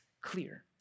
clear